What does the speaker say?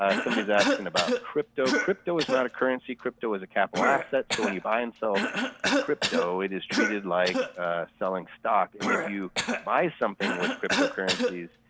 somebody's asking about crypto. crypto is not a currency. crypto as a capital asset. so when you buy and sell crypto, it is treated like selling stock and if you buy something with crypto currencies,